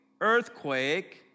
earthquake